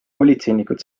politseinikud